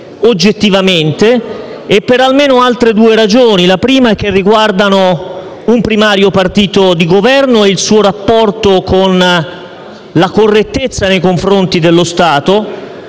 oggettivamente e per almeno altre due ragioni. La prima è che riguardano un primario partito di Governo e il suo rapporto di correttezza nei confronti dello Stato;